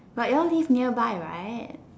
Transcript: but ya'll live nearby right